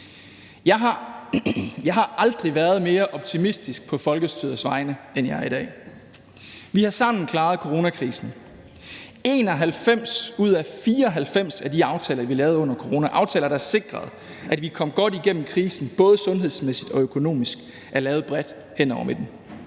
Jeg har aldrig været mere optimistisk på folkestyrets vegne, end jeg er i dag. Vi har sammen klaret coronakrisen. 91 ud af de 94 aftaler, vi lavede under corona – aftaler, der sikrede, at vi kom godt igennem krisen, både sundhedsmæssigt og økonomisk – er lavet bredt hen over midten.